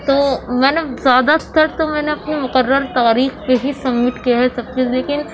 تو میں نے زیادہ تر تو میں نے اپنے مقرر تاریخ پہ ہی سمٹ کیا ہے سب چیز لیکن